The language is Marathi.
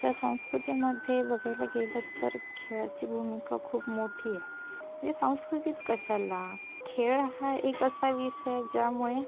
आमच्या संस्कृतीमध्ये बघायला गेलं तर खेळाची भूमिका खूप मोठी आहे संस्कृतीच कशाला खेळ हा एक असा विषय ज्यामुळे